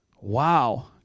Wow